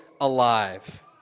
alive